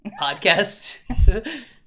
Podcast